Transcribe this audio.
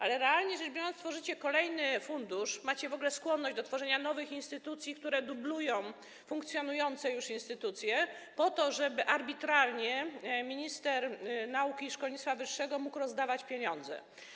Ale, realnie rzecz biorąc, tworzycie kolejny fundusz - macie w ogóle skłonność do tworzenia nowych instytucji, które dublują funkcjonujące już instytucje - po to, żeby arbitralnie minister nauki i szkolnictwa wyższego mógł rozdawać pieniądze.